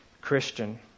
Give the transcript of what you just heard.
Christian